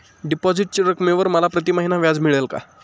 डिपॉझिटच्या रकमेवर मला प्रतिमहिना व्याज मिळेल का?